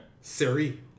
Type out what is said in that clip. Siri